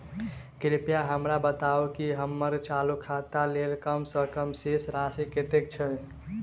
कृपया हमरा बताबू की हम्मर चालू खाता लेल कम सँ कम शेष राशि कतेक छै?